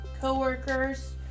co-workers